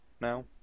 now